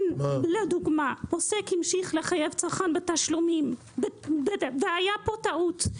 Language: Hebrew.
אם לדוגמה עוסק המשיך לחייב צרכן בתשלומים והייתה פה טעות,